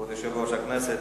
כבוד יושב-ראש הכנסת,